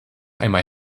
einmal